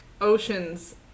Ocean's